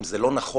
אם זה לא נכון,